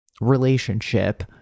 relationship